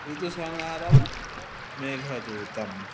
ऋतुसंहारं मेघदूतम्